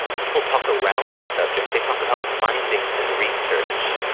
people talk around a subject, they talk about findings and research.